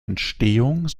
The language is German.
entstehung